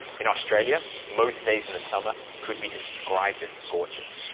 in australia, most days in the summer could be described as scorchers.